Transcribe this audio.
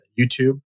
YouTube